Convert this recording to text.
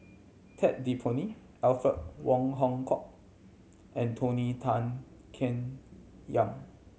Ted De Ponti Alfred Wong Hong Kwok and Tony Tan Keng Yam